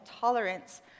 tolerance